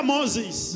Moses